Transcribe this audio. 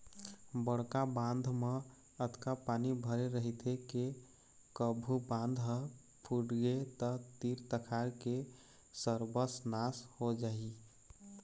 बड़का बांध म अतका पानी भरे रहिथे के कभू बांध ह फूटगे त तीर तखार के सरबस नाश हो जाही